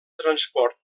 transport